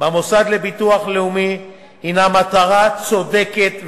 במוסד לביטוח לאומי הינה מטרה צודקת וחשובה,